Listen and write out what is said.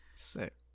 Sick